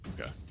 Okay